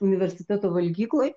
universiteto valgykloj